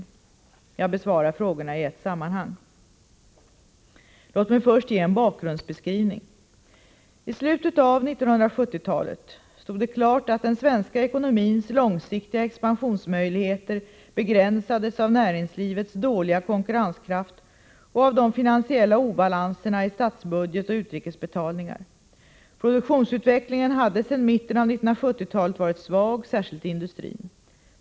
Jag besvarar frågorna i ett sammanhang. Låg mig först ge en bakgrundsbeskrivning. I slutet av 1970-talet stod det klart att den svenska ekonomins långsiktiga expansionsmöjligheter begränsades av näringslivets dåliga konkurrenskraft och av de finansiella obalanserna i statsbudget och utrikesbetalningar. Produktionsutvecklingen hade sedan mitten av 1970-talet varit svag, särskilt i industrin.